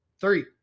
Three